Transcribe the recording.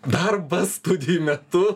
darbas studijų metu